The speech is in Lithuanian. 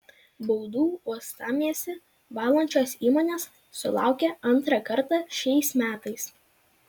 baudų uostamiestį valančios įmonės sulaukia antrą kartą šiais metais